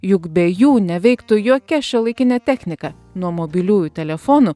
juk be jų neveiktų jokia šiuolaikinė technika nuo mobiliųjų telefonų